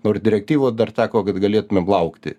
nors direktyvos dar sako kad galėtumėm laukti